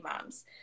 moms